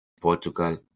Portugal